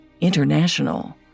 international